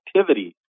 activity